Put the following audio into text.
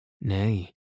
Nay